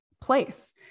place